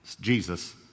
Jesus